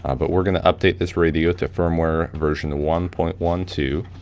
ah but we're gonna update this radio to firmware version one point one two.